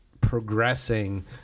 progressing